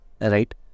Right